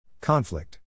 Conflict